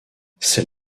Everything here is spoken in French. c’est